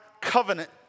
covenant